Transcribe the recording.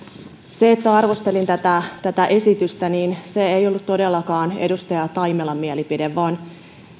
se että arvostelin tätä tätä esitystä ei ollut todellakaan edustaja taimelan mielipide vaan